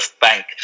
bank